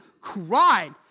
cried